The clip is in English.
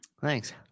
thanks